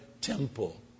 temple